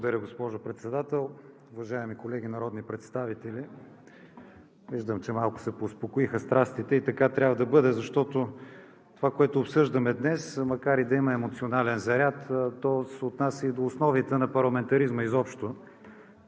Благодаря, госпожо Председател. Уважаеми колеги народни представители! Виждам, че малко се поуспокоиха страстите и така трябва да бъде, защото това, което обсъждаме днес, макар и да има емоционален заряд, то се отнася и до основите на парламентаризма изобщо.